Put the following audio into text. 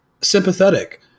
sympathetic